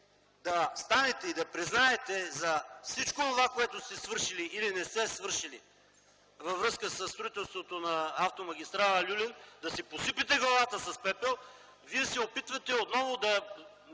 да станете и да признаете за всичко онова, което сте свършили или не сте свършили във връзка със строителството на автомагистрала „Люлин”, да си посипете главата с пепел, вие се опитвате отново да